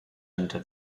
under